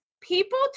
People